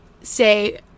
say